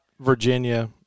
Virginia –